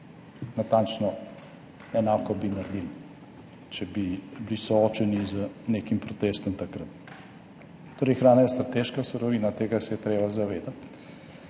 Natančno enako bi naredili, če bi bili soočeni z nekim protestom takrat. Torej hrana je strateška surovina. Tega se je treba zavedati.